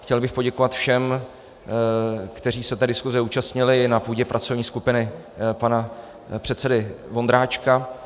Chtěl bych poděkovat všem, kteří se té diskuse účastnili na půdě pracovní skupiny pana předsedy Vondráčka.